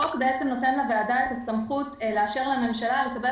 החוק בעצם נותן לוועדה את הסמכות לאשר לממשלה לקבל